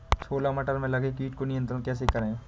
छोला मटर में लगे कीट को नियंत्रण कैसे करें?